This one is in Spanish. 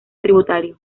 tributario